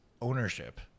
ownership